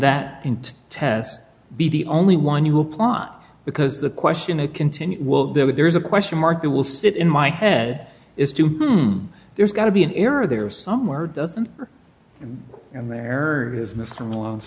that and test be the only one you apply because the question a continual there when there is a question mark that will sit in my head is do there's got to be an error there somewhere doesn't it and there is mr malone's